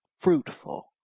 fruitful